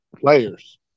players